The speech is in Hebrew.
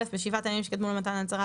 בשעת הימים שקדמו למתן ההצהרה,